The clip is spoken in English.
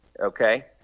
okay